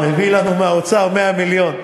הביא לנו מהאוצר 100 מיליון.